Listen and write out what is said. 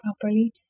properly